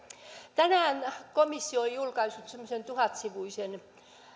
tänään komissio on julkaissut semmoisen tuhatsivuisen